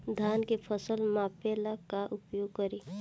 धान के फ़सल मापे ला का उपयोग करी?